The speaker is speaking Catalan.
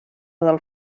del